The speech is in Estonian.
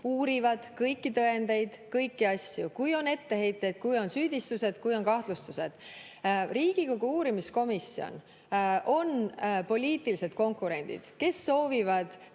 valesti, kõiki tõendeid, kõiki asju, kui on etteheiteid, kui on süüdistusi, kui on kahtlustusi. Riigikogu uurimiskomisjonis on poliitilised konkurendid, kes soovivad